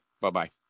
bye-bye